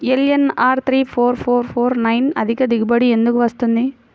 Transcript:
LNR three four four four nine అధిక దిగుబడి ఎందుకు వస్తుంది?